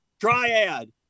Triad